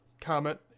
comment